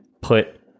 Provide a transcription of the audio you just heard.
put